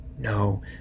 No